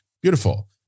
beautiful